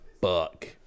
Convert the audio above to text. buck